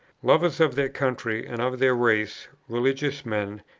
lovers of their country and of their race, religious men,